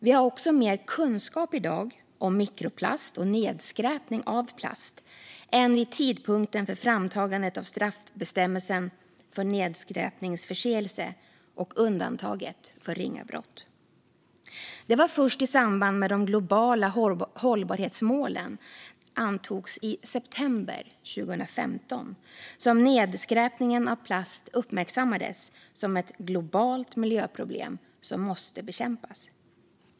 Vi har också mer kunskap i dag om mikroplast och nedskräpning av plast än vi hade vid tidpunkten för framtagandet av straffbestämmelsen för nedskräpningsförseelse och undantaget för ringa brott. Det var först i samband med att de globala hållbarhetsmålen antogs i september 2015 som nedskräpningen av plast uppmärksammades som ett globalt miljöproblem som måste bekämpas.